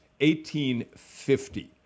1850